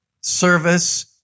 service